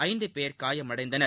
ஐந்து பேர் காயமடைந்தனர்